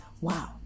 wow